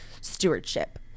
Stewardship